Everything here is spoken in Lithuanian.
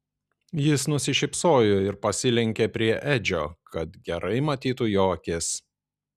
jis nusišypsojo ir pasilenkė prie edžio kad gerai matytų jo akis